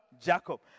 Jacob